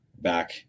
back